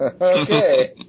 Okay